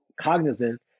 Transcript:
cognizant